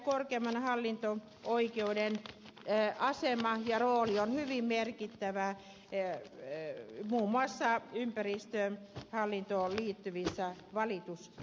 korkeimman hallinto oikeuden asema ja rooli on hyvin merkittävä muun muassa ympäristöhallintoon liittyvissä valitusasioissa